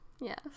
Yes